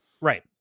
right